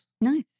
Nice